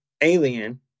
alien